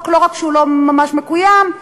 לא רק שהחוק לא ממש מקוים,